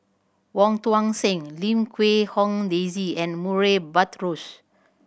Wong Tuang Seng Lim Quee Hong Daisy and Murray Buttrose